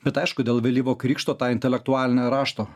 bet aišku dėl vėlyvo krikšto tą intelektualinę rašto